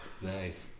Nice